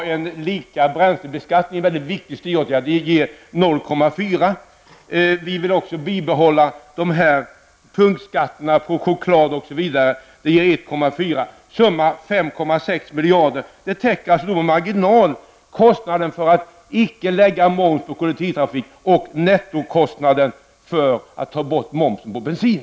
Vi vill ha lika bränslebeskattning -- en väldigt viktig styråtgärd, som ger 0,4 miljarder i intäkter. Sedan vill vi också bibehålla punktskatterna på choklad o.d. Det ger 1,4 miljarder i intäckter. Totalt rör det sig om 5,6 miljarder. Det täcker alltså med marginal vad det kostar att icke belägga kollektivtrafiken med moms samt nettokostnaden för ett borttagande av momsen på bensin.